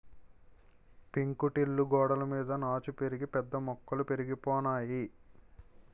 పెంకుటిల్లు గోడలమీద నాచు పెరిగి పెద్ద మొక్కలు పెరిగిపోనాయి